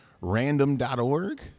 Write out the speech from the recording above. random.org